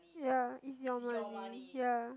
ya is your money ya